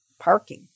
parking